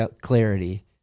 clarity